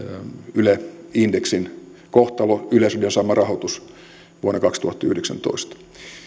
yle indeksin kohtalo yleisradion saama rahoitus vuonna kaksituhattayhdeksäntoista